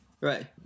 right